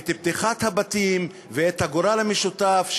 את פתיחת הבתים ואת הגורל המשותף,